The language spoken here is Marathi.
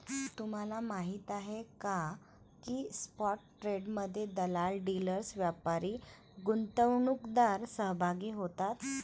तुम्हाला माहीत आहे का की स्पॉट ट्रेडमध्ये दलाल, डीलर्स, व्यापारी, गुंतवणूकदार सहभागी होतात